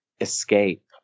escape